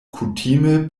kutime